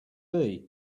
hiv